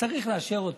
צריך לאשר אותו,